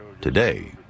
Today